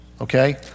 Okay